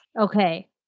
Okay